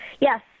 Yes